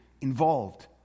involved